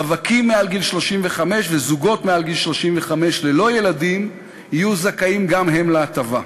רווקים מעל גיל 35 וזוגות מעל גיל 35 ללא ילדים יהיו זכאים גם הם להטבה.